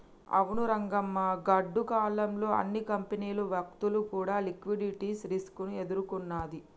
అవును రంగమ్మ గాడ్డు కాలం లో అన్ని కంపెనీలు వ్యక్తులు కూడా లిక్విడిటీ రిస్క్ ని ఎదుర్కొన్నది